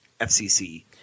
FCC